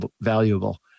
valuable